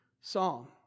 psalm